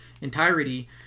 entirety